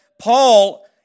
Paul